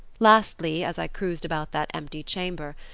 lastly, as i cruised about that empty chamber,